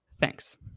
Thanks